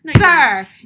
Sir